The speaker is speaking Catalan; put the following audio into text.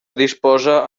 disposa